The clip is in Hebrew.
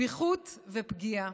פיחות ופגיעה,